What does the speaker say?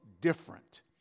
different